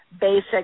basic